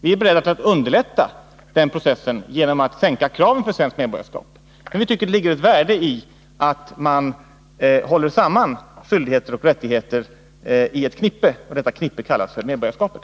Vi är beredda att underlätta den processen genom att sänka kraven för att få svenskt medborgarskap. Vi tycker det ligger ett värde i att man håller samman skyldigheter och rättigheter i ett knippe, och detta knippe kallas för medborgarskapet.